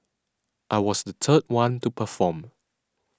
I was the third one to perform